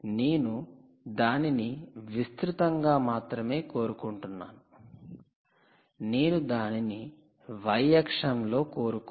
నేను దానిని విస్తృతంగా మాత్రమే కోరుకుంటున్నాను నేను దానిని y అక్షం లో కోరుకోను